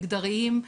מגדריים,